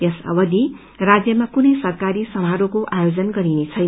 यस अवधि राज्यमा कुनै सरकारी समारोहको आयोजन गरिनेछै